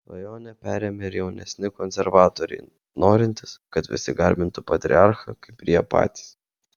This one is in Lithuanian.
svajonę perėmė ir jaunesni konservatoriai norintys kad visi garbintų patriarchą kaip ir jie patys